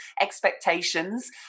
expectations